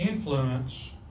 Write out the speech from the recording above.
Influence